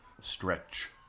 Stretch